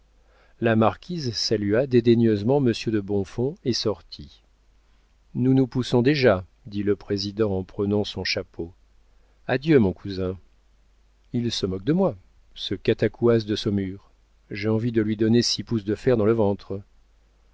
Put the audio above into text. la marquise salua dédaigneusement monsieur de bonfons et sortit nous nous poussons déjà dit le président en prenant son chapeau adieu mon cousin il se moque de moi ce catacouas de saumur j'ai envie de lui donner six pouces de fer dans le ventre